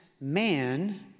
man